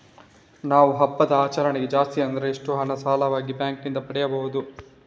ನಾವು ಹಬ್ಬದ ಆಚರಣೆಗೆ ಜಾಸ್ತಿ ಅಂದ್ರೆ ಎಷ್ಟು ಹಣ ಸಾಲವಾಗಿ ಬ್ಯಾಂಕ್ ನಿಂದ ಪಡೆಯಬಹುದು?